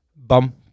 Bum